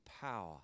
power